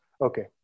Okay